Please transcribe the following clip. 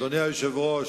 אדוני היושב-ראש,